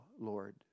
Lord